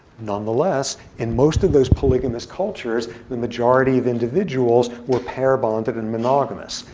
nonetheless, in most of those polygamous cultures, the majority of individuals were pair bonded and monogamous.